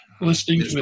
listening